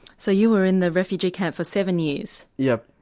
so you were in the refugee camp for seven years? yes.